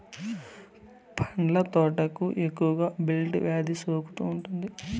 పండ్ల తోటలకు ఎక్కువగా బ్లైట్ వ్యాధి సోకుతూ ఉంటాది